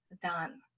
done